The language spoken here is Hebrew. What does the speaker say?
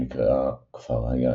שנקראה "כפר היין".